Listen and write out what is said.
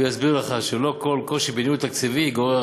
הוא יסביר לך שלא כל קושי בניהול תקציבי גורר